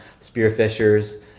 spearfishers